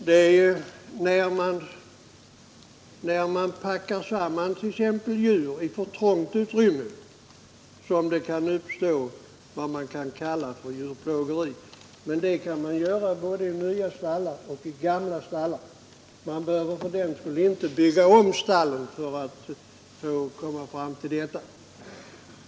Det är när man packar samman djur i för trånga utrymmen som vad man kallar djurplågeri kan uppstå. Det kan man göra både i nya och i gamla stallar. Man behöver fördenskull inte bygga om stallet.